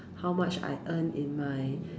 how much I earn in my